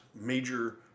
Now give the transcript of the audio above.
major